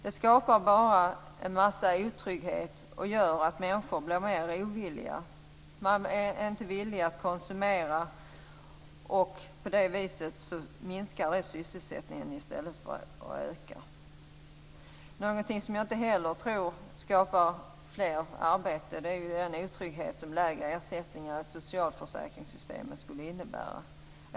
Det skapar bara en massa otrygghet och gör att människor blir mer ovilliga. De blir ovilliga att konsumera, och på det sättet minskar sysselsättningen i stället för att öka. Något som jag inte heller tror skapar fler arbeten är den otrygghet som lägre ersättningar i socialförsäkringssystemet skulle innebära.